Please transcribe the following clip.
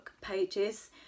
pages